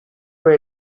were